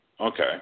Okay